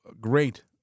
great